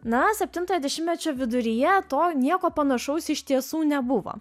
na septintojo dešimmečio viduryje to nieko panašaus iš tiesų nebuvo